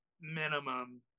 minimum